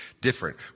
different